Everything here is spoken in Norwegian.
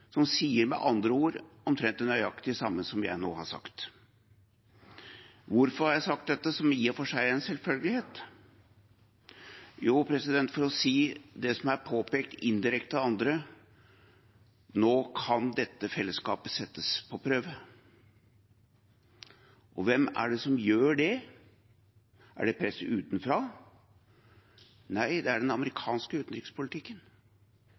som sier – med andre ord – omtrent nøyaktig det samme som jeg nå har sagt. Hvorfor har jeg sagt dette, som i og for seg er en selvfølgelighet? Jo, for å si det som er påpekt – indirekte – av andre: Nå kan dette fellesskapet settes på prøve. Og hvem er det som gjør det? Er det press utenfra? Nei, det er den amerikanske utenrikspolitikken,